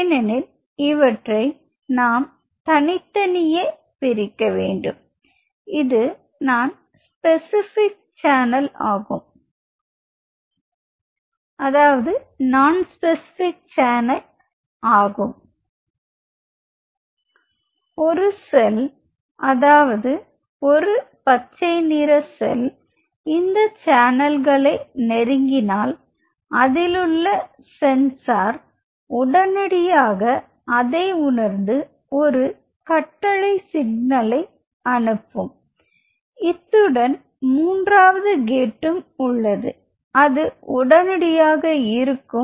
ஏனெனில் இவற்றை ஏன் நாம் தனித்தனியே பிரிக்க வேண்டும் இது நான் ஸ்பெசிபிக் சேனல் ஆகும் ஒரு செல் அதாவது ஒரு பச்சை நிற செல் இந்த சேனல்களை நெருங்கினால் அதிலுள்ள சென்சார் உடனடியாக அதை உணர்ந்து ஒரு கட்டளை சிக்னலை அனுப்பவும் இத்துடன் மூன்றாவது கேட்டும் உள்ளது அது உடனடியாக இருக்கும்